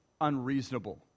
unreasonable